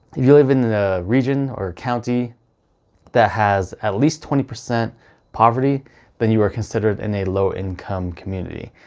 you live in a region or county that has at least twenty percent poverty then you are considered in a low-income community.